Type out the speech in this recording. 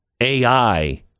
AI